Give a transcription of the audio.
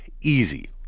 easy